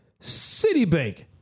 Citibank